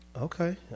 Okay